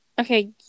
Okay